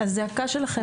הזעקה שלכם,